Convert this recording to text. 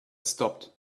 stopped